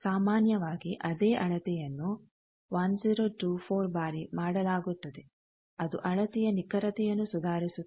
ಸಾಮಾನ್ಯವಾಗಿ ಅದೇ ಅಳತೆಯನ್ನು 1024 ಬಾರಿ ಮಾಡಲಾಗುತ್ತದೆ ಅದು ಅಳತೆಯ ನಿಖರತೆಯನ್ನು ಸುಧಾರಿಸುತ್ತದೆ